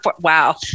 Wow